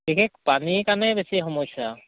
বিশেষ পানীৰ কাৰণে বেছি সমস্যা